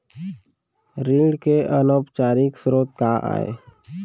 ऋण के अनौपचारिक स्रोत का आय?